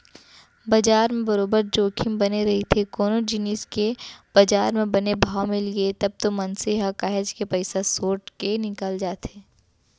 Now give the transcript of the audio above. बजार म बरोबर जोखिम बने रहिथे कोनो जिनिस के बजार म बने भाव मिलगे तब तो मनसे ह काहेच के पइसा सोट के निकल जाथे